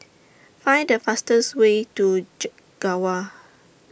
Find The fastest Way to Chek Gawa